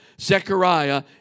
Zechariah